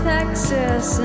Texas